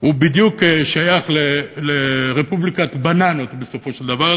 הוא בדיוק שייך לרפובליקת בננות בסופו של דבר,